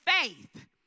faith